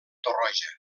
torroja